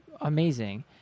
amazing